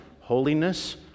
holiness